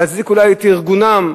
להצדיק אולי את ארגונם,